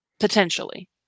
Potentially